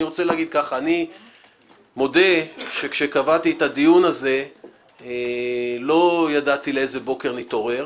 אני מודה שכשקבעתי את הדיון הזה לא ידעתי לאיזה בוקר נתעורר